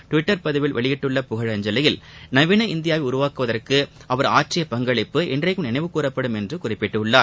Twitter பதிவில் வெளியிட்டுள்ள புகழஞ்சலியில் நவீன இந்தியாவை உருவாக்குவதற்கு அவர் ஆற்றிய பங்களிப்பு என்றைக்கும் நினைவு கூறப்படும் என்று குறிப்பிட்டுள்ளார்